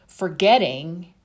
forgetting